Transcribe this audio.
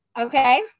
okay